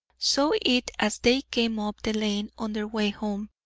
saw it as they came up the lane on their way home,